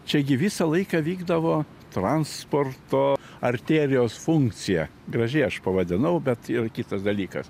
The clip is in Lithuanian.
čia gi visą laiką vykdavo transporto arterijos funkcija gražiai aš pavadinau bet jau kitas dalykas